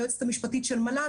היועצת המשפטית של המל"ג,